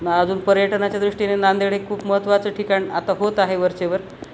अजून पर्यटनाच्या दृष्टीने नांदेड हे खूप महत्त्वाचं ठिकाण आता होत आहे वरचेवर